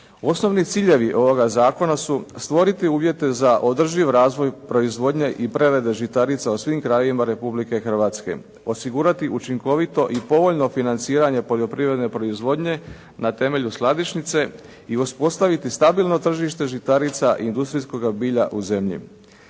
Osnovni ciljevi ovoga zakona su stvoriti uvjete za održiv razvoj proizvodnje i prerade žitarica u svim krajevima Republike Hrvatske, osigurati učinkovito i povoljno financiranje poljoprivredne proizvodnje na temelju skladišnice i uspostaviti stabilno tržište žitarica i industrijskoga bilja u zemlji.